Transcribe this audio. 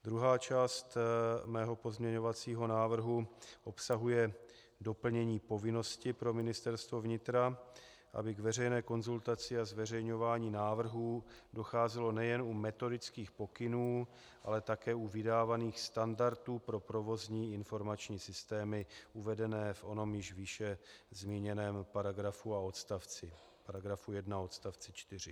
Druhá část mého pozměňovacího návrhu obsahuje doplnění povinnosti pro Ministerstvo vnitra, aby k veřejné konzultaci a zveřejňování návrhů docházelo nejen u metodických pokynů, ale také u vydávaných standardů pro provozní informační systémy uvedené v onom již výše zmíněném paragrafu a odstavci, § 1 odst. 4.